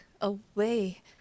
away